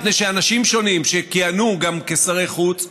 מפני שאנשים שונים שכיהנו גם כשרי חוץ,